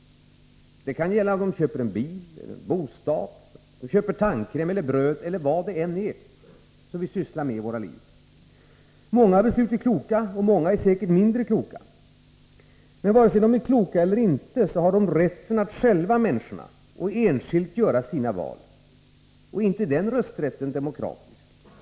Det kan gälla köp av bil, bostad, tandkräm, bröd, eller vad det än är som vi sysslar med i våra liv. Många beslut är kloka, många är säkert mindre kloka. Men vare sig de är kloka eller inte har människorna rätten att själva och enskilt göra sina val. Är inte den ”rösträtten” demokratisk?